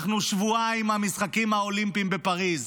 אנחנו שבועיים מהמשחקים האולימפיים בפריז,